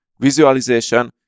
visualization